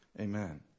Amen